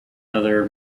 other